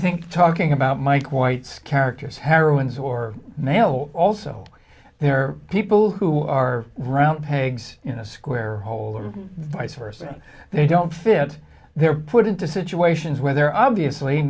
think talking about mike white's characters heroines or male also there are people who are round pegs in a square hole or vice versa they don't fit they're put into situations where they're obviously